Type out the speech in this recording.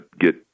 get